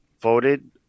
voted